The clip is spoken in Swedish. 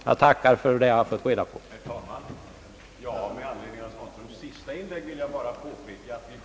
Jag tackar herr statsrådet ånyo för de uppgifter jag fått.